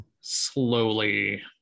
slowly